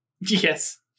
Yes